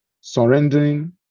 surrendering